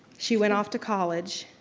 she went off to college,